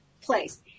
place